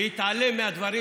בהתעלם מהדברים